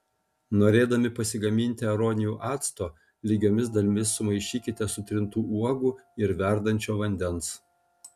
norėdami pasigaminti aronijų acto lygiomis dalimis sumaišykite sutrintų uogų ir verdančio vandens